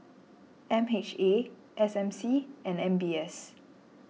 M H A S M C and M B S